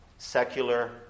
Secular